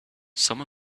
some